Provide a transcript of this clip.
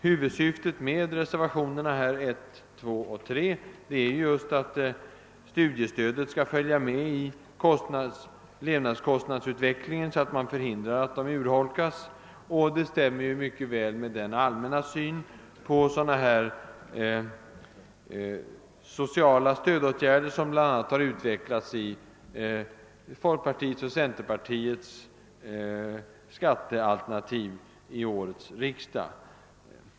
Huvudsyftet med reservationerna 1, 2 och 3 är att studiestödet skall följa med i levnadskostnadsutvecklingen och inte urholkas. Detta stämmer mycket väl med den allmänna syn på sådana sociala stödåtgärder, som bl.a. utvecklats i folkpartiets och centerpartiets skattealternativ vid årets riksdag.